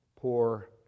poor